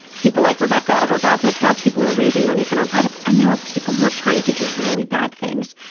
people like rebecca of our dog hotel, people are raising money for nonprofits, and there are people who are trying to do really bad things.